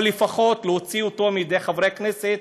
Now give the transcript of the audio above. או לפחות להוציא אותו מידי חברי הכנסת,